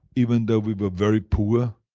even though we were very poor,